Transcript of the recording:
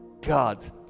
God